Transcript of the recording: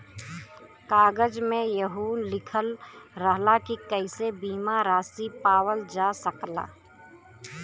कागज में यहू लिखल रहला की कइसे बीमा रासी पावल जा सकला